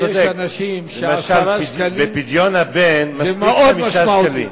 יש אנשים ש-10 שקלים זה מאוד משמעותי להם.